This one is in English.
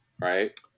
right